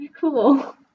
cool